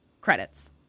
Credits